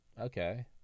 okay